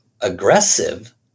aggressive